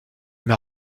m’a